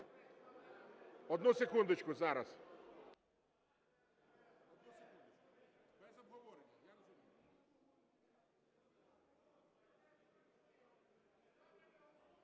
Одну секундочку, зараз.